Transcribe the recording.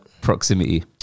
proximity